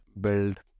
build